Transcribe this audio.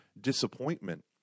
disappointment